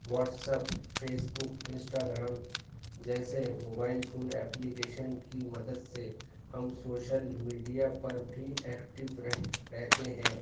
WhatsApp Facebook Instagram جیسے mobile phone application کی مدد سے ہم سوشل میڈیا پر بھی ایکٹیو رہ رہتے ہیں